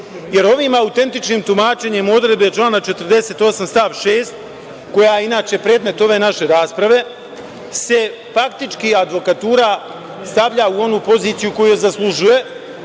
jer ovim autentičnim tumačenjem odredbe člana 48. stav 6, koja inače predmet ove naše rasprave, se faktički advokatura stavlja u onu poziciju koju zaslužuje,